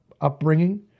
upbringing